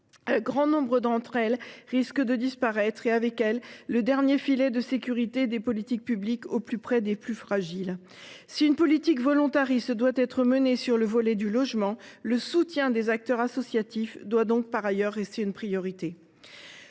Un grand nombre d’entre elles risquent de disparaître et, avec elles, le dernier filet de sécurité des politiques publiques, au plus près des plus fragiles. Si une politique volontariste doit être menée sur le volet du logement, le soutien des acteurs associatifs doit par ailleurs rester une priorité.